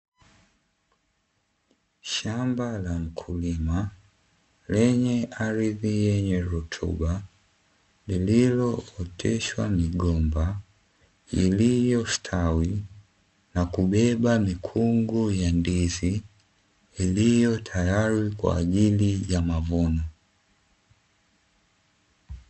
Shamba la mkulima lenye ardhi yenye rutuba lililooteshwa migomba iliyostawi na kubeba mikungu ya ndizi, iliyo tayari kwa ajili ya mavuno.